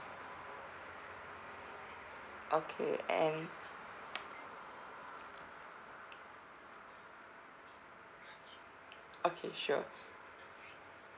okay and okay sure